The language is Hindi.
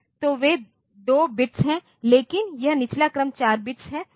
तो वे 2 बिट्स हैं लेकिन यह निचला क्रम 4 बिट्स है